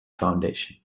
foundation